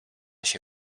się